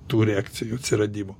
tų reakcijų atsiradimo